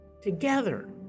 together